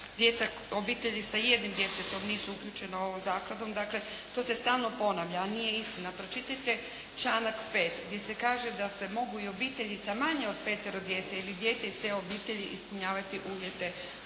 obitelji sa jednim djetetom nisu uključena ovom zakladom. Dakle, to se stalno ponavlja, a nije istina. Pročitajte članak 5. gdje se kaže da se mogu i obitelji sa manje od petero djece ili dijete iz te obitelji ispunjavati uvjete